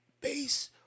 base